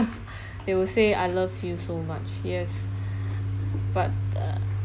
they will say I love you so much yes but uh